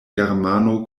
germano